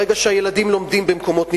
ברגע שהילדים לומדים במקומות נפרדים,